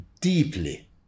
deeply